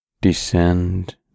descend